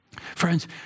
Friends